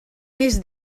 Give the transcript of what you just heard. més